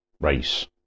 race